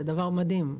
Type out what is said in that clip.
זה דבר מדהים.